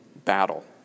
Battle